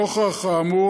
נוכח האמור,